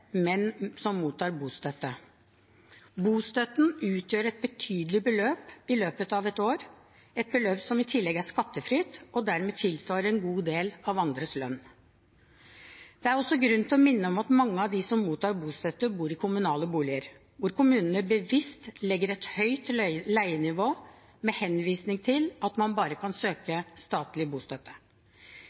men som mottar bostøtte. Bostøtten utgjør et betydelig beløp i løpet av et år, et beløp som i tillegg er skattefritt og dermed tilsvarer en god del av andres lønn. Det er også grunn til å minne om at mange av dem som mottar bostøtte, bor i kommunale boliger, hvor kommunene bevisst legger et høyt leienivå med henvisning til at man bare kan søke statlig bostøtte.